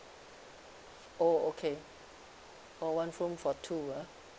oh okay oh one room for two ah